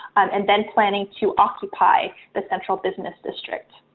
and then planning to occupy the central business district.